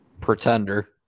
Pretender